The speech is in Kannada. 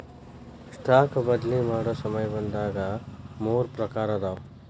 ಸ್ಟಾಕ್ ಬದ್ಲಿ ಮಾಡೊ ಸಮಯದಾಗ ಮೂರ್ ಪ್ರಕಾರವ